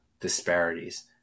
disparities